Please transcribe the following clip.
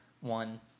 One